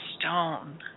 stone